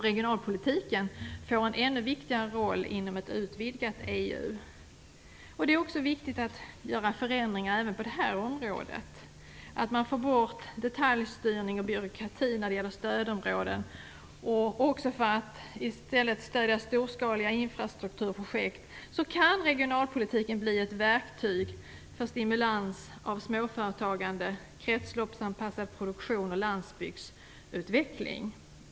Regionalpolitiken får en ännu viktigare roll inom ett utvidgat EU. Det är också viktigt att göra förändringar även på det här området, att man får bort detaljstyrning och byråkrati när det gäller stödområden. I stället för att man stöder storskaliga infrastrukturprojekt kan regionalpolitiken bli ett verktyg för stimulans av småföretagande, kretsloppsanpassad produktion och landsbygdsutveckling.